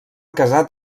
casat